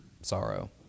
sorrow